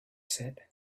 said